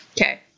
Okay